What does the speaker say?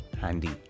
handy